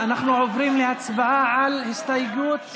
אנחנו עוברים להצבעה על הסתייגות,